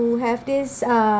to have this uh